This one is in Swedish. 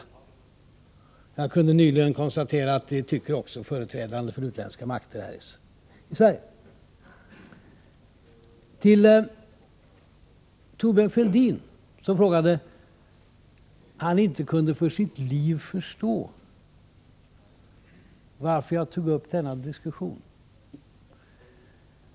Jag kunde nyligen konstatera, att detta tycker också företrädarna för utländska makter här i Sverige. Thorbjörn Fälldin sade att han inte för sitt liv kunde förstå varför jag tog upp denna diskussion.